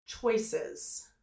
choices